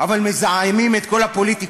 אבל מזהמים את כל הפוליטיקה,